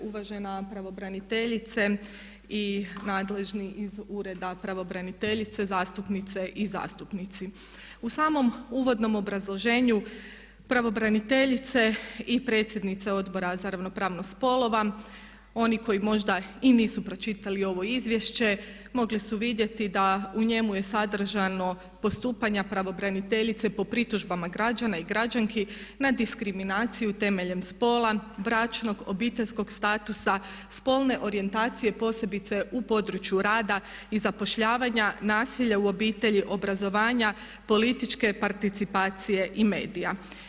Uvažena pravobraniteljice i nadležni iz ureda pravobraniteljice, zastupnice i zastupnici u samom uvodnom obrazloženju pravobraniteljice i predsjednice Odbora za ravnopravnost spolova oni koji možda i nisu pročitali ovo izvješće mogli su vidjeti da u njemu je sadržano postupanje pravobraniteljice po pritužbama građana i građanki na diskriminaciju temeljem spola, bračnog, obiteljskog statusa, spolne orijentacije posebice u području rada i zapošljavanja, nasilja u obitelji, obrazovanja, političke participacije i medija.